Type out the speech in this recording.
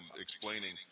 explaining